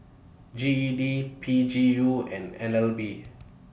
G E D P G U and N L B